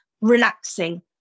relaxing